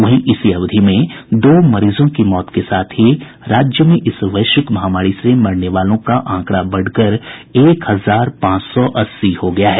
वहीं इसी अवधि में दो मरीजों की मौत के साथ ही राज्य में इस वैश्विक महामारी से मरने वालों का आंकड़ा बढ़कर एक हजार पांच सौ अस्सी हो गया है